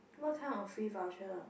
what kind of free voucher